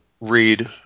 read